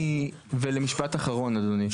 ולמשפט אחרון אדוני,